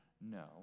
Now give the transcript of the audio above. No